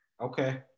Okay